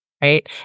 right